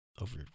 over